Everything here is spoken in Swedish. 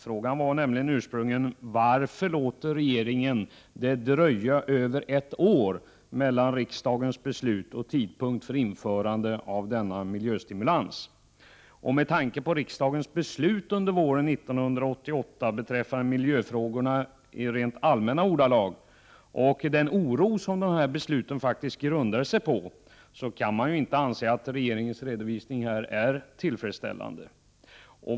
Frågan var nämligen ursprungligen: ”Varför låter regeringen det dröja över ett år mellan riksdagens beslut och tidpunkt för införande av denna miljöstimulans?” Med tanke på riksdagens beslut under våren 1988 beträffande miljöfrågorna rent allmänt och den oro som dessa beslut faktiskt grundade sig på kan man inte anse att regeringens redovisning är tillfredsställande.